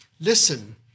listen